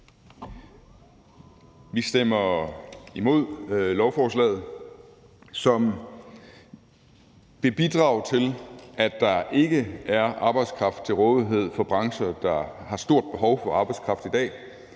Vi stemmer imod lovforslaget, som vil bidrage til, at der ikke er arbejdskraft til rådighed for brancher, der i dag har stort behov for arbejdskraft,